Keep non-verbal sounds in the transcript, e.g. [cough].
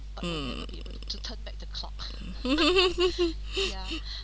mm [laughs]